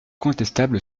contestable